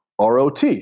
ROT